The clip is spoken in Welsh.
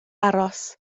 aros